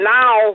now